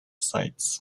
sites